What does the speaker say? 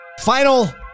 final